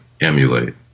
emulate